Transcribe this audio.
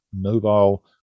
mobile